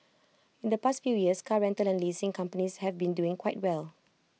in the past few years car rental and leasing companies have been doing quite well